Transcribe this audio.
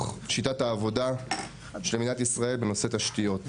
שיטת העבודה של מדינת ישראל בנושא תשתיות.